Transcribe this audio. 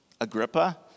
Agrippa